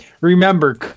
remember